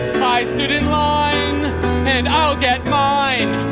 i stood in line and i'll get mine.